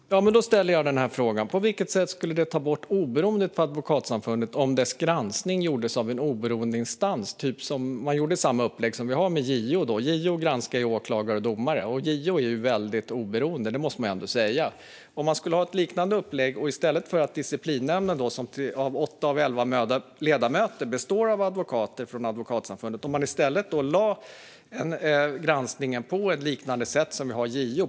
Fru talman! Då ställer jag frågan: På vilket sätt skulle det ta bort oberoendet för Advokatsamfundet om dess granskning gjordes av en oberoende instans? Säg att man skulle ha samma upplägg som vi har med JO. JO granskar ju åklagare och domare, och JO är väldigt oberoende; det måste man ändå säga. Säg att man i stället för disciplinnämnden, där åtta av elva ledamöter är advokater från Advokatsamfundet, lade ut granskningen på ett liknande sätt som vi gör med JO.